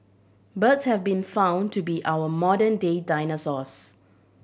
birds have been found to be our modern day dinosaurs